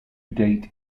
date